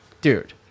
dude